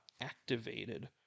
activated